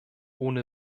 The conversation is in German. ohne